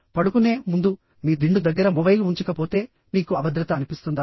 పడుకునే ముందుమీ దిండు దగ్గర మొబైల్ ఉంచకపోతే మీకు అభద్రత అనిపిస్తుందా